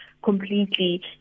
completely